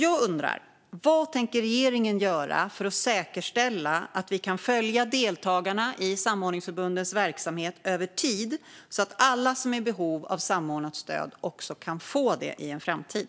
Jag undrar därför: Vad tänker regeringen göra för att säkerställa att vi kan följa deltagarna i samordningsförbundens verksamhet över tid, så att alla som är i behov av samordnat stöd också kan få det i en framtid?